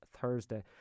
Thursday